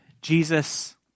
Jesus